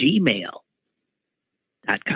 gmail.com